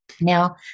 Now